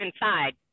inside